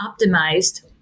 optimized